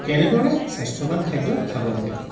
কেনেদৰে স্বাস্থ্যৱান খাদ্য খাব লাগে